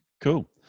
Cool